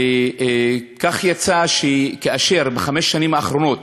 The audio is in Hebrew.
וכך יצא שכאשר בחמש שנים האחרונות